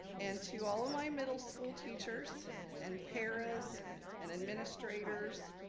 and to all of my middle school teachers and paras and administrators,